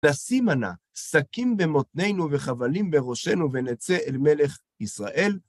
נשימה נא שקים במותנינו וחבלים בראשינו, ונצא אל מלך ישראל.